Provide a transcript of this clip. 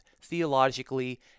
theologically